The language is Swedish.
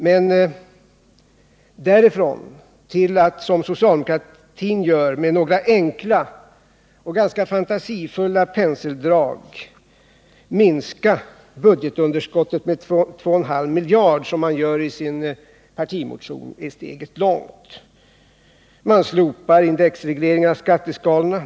Men därifrån till att, som socialdemokratin i sin partimotion gör med några enkla och ganska fantasifulla penseldrag, minska budgetunderskottet med 2,5 miljarder kronor är steget långt. Man slopar indexregleringar av skatteskalorna.